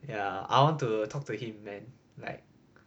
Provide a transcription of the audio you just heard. ya I want to talk to him then like